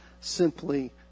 simply